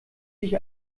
sich